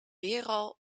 weeral